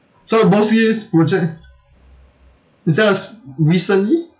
so bossiest project is just recently